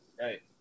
right